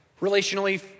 relationally